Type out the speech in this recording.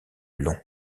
long